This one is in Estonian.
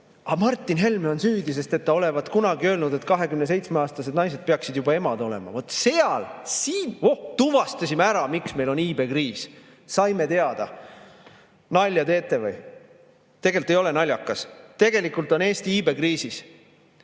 Martin Helme on süüdi, sest ta olevat kunagi öelnud, et 27-aastased naised peaksid juba emad olema. "Vot, siin! Tuvastasime ära, miks meil on iibekriis! Saime teada!" Nalja teete või? Tegelikult ei ole naljakas, tegelikult on Eesti iibekriisis.